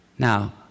Now